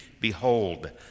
behold